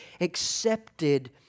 accepted